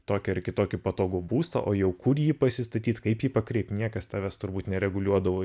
tokį ar kitokį patogų būstą o jau kur jį pasistatyt kaip jį pakreipt niekas tavęs turbūt nereguliuodavo